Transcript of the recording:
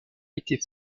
était